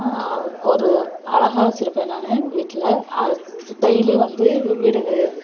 ஒரு அழகாக வச்சுருப்பேன் நான் வீட்டில் டெய்லி வந்து வீடு